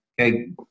okay